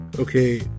Okay